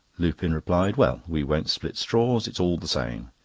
lupin replied well, we won't split straws it's all the same.